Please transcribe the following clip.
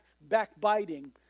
backbiting